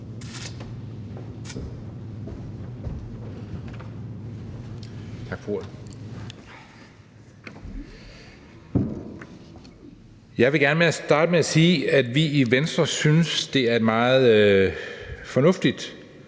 Jeg vil gerne starte med at sige, at vi i Venstre synes, at det er et meget fornuftigt